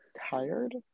Tired